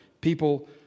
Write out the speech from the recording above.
people